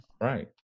Right